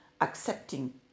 accepting